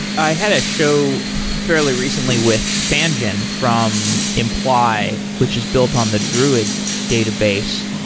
i had a show fairly recently with fangjin from imply, which is built on the druid database.